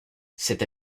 cette